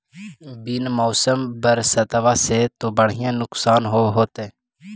बिन मौसम बरसतबा से तो बढ़िया नुक्सान होब होतै?